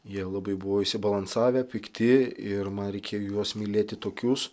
jie labai buvo išsibalansavę pikti ir man reikėjo juos mylėti tokius